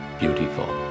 beautiful